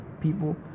people